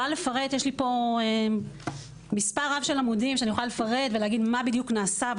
יש לי פה מספר רב של עמודים שאני יכולה לפרט ולהגיד מה בדיוק נעשה.